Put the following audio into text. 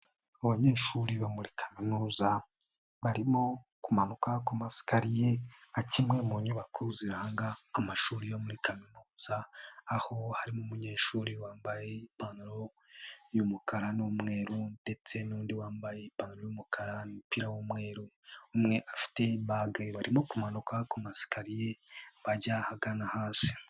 Abanyeshuri bo muri Kaminuza, barimo kumanuka ku masikariye nka kimwe mu nyubako ziranga amashuri yo muri kaminuza, aho harimo umunyeshuri wambaye ipantaro y'umukara n'umweru, ndetse n'undi wambaye ipantaro y'umukara, umupira w'umweru, umwe afite ibage, barimo kumanuka ku masakariye, bajya ahagana hasi.